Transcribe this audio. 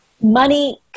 money